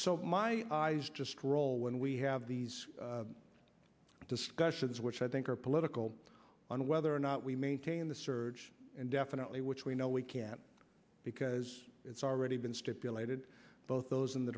so my eyes just roll when we have these discussions which i think are political on whether or not we maintain the surge and definitely which we know we can't because it's already been stipulated both those in the